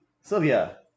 Sylvia